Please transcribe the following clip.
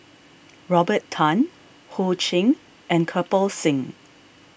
Robert Tan Ho Ching and Kirpal Singh